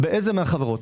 באיזה מהחברות?